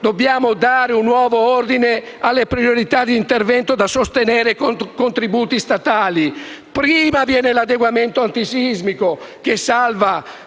dobbiamo dare un nuovo ordine alle priorità di intervento da sostenere con contributi statali. Prima viene l'adeguamento antisismico, che salva